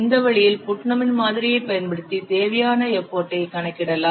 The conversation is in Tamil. இந்த வழியில் புட்னமின் மாதிரியைப் பயன்படுத்தி தேவையான எஃபர்ட் ஐ கணக்கிடலாம்